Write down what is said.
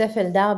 יוסף אלדר,